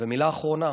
מילה אחרונה: